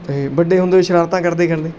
ਅਤੇ ਵੱਡੇ ਹੁੰਦੇ ਸ਼ਰਾਰਤਾਂ ਕਰਦੇ ਕਰਦੇ